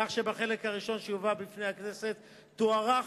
כך שבחלק הראשון שיובא בפני הכנסת תוארך